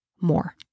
more